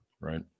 Right